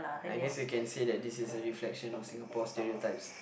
I guess you can say that this is a reflection of Singapore stereotypes